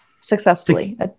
Successfully